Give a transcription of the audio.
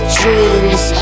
dreams